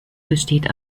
besteht